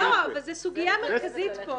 זו סוגיה מרכזית פה.